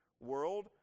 world